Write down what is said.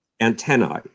antennae